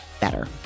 better